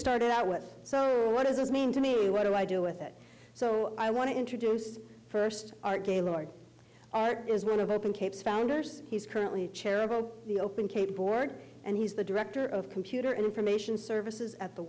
started out with so what does this mean to me what do i do with it so i want to introduce first our game like art is one of open capes founders he's currently chair of the open keyboard and he's the director of computer information services at the